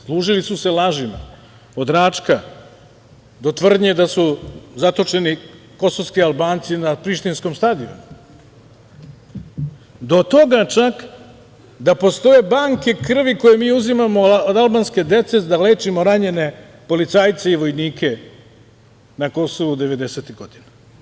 Služili su se lažima, od Račka, do tvrdnje da su zatočeni kosovski Albanci na prištinskom stadionu, do toga, čak, da postoje banke krvi koje mi uzimamo od albanske dece da lečimo ranjene policajce i vojnike na Kosovu 90-ih godina.